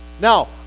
Now